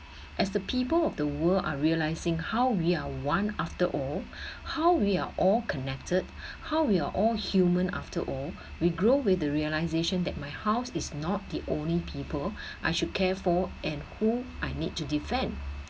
as the people of the world are realizing how we are one after all how we're all connected how we are all human after all we grow with the realization that my house is not the only people I should care for and who I need to defend